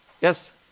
Yes